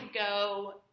go